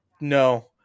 No